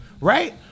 Right